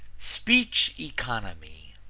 speech economy